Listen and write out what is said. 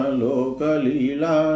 lokalila